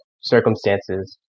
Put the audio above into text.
circumstances